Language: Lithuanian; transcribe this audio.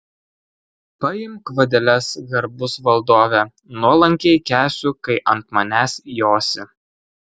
paimk vadeles garbus valdove nuolankiai kęsiu kai ant manęs josi